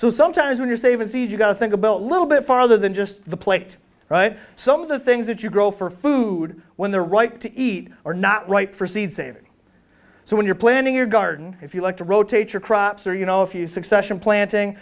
so sometimes when you're saving seed you've got to think about a little bit farther than just the plate right some of the things that you grow for food when the right to eat are not right for seed saving so when you're planning your garden if you like to rotate your crops or you know if you succession planting